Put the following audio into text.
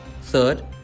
Third